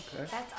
Okay